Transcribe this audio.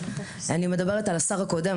אני מדברת על השר הקודם,